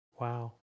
Wow